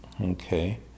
Okay